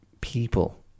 people